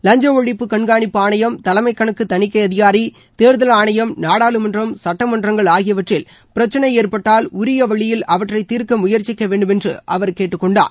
லஞ்ச ஒழிப்பு கண்காணிப்பு ஆணையம் தலைமம் கணக்கு தணிக்கை அதிகாரி தேர்தல் ஆணையம் நாடாளுமன்றம் சட்டமன்றங்கள் ஆகியவற்றில் பிரச்னை ஏற்பட்டால் உரிய வழியில் அவற்றைத் தீர்க்க முயற்சிக்க வேண்டுமென்று அவர் கேட்டுக் கொண்டார்